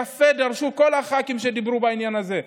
יפה דרשו כל הח"כים שדיברו בעניין הזה,